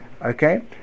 Okay